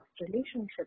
relationship